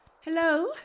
Hello